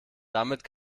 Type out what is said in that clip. damit